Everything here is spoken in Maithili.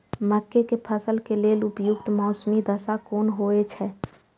मके के फसल के लेल उपयुक्त मौसमी दशा कुन होए छै?